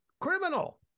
criminal